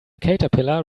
caterpillar